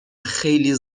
خیلی